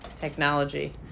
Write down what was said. technology